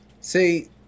See